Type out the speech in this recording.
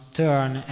turn